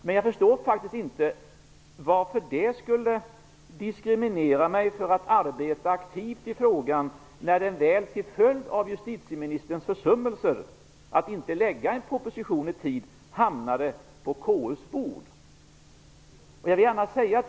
Men jag förstår faktiskt inte varför det skulle diskriminera mig från att arbeta aktivt i frågan när den väl, till följd av justitieministerns försummelser att inte lägga fram en proposition i tid, hamnat på KU:s bord.